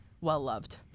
well-loved